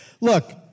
Look